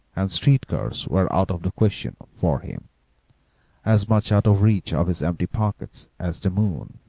and street-cars were out of the question for him as much out of reach of his empty pockets as the moon.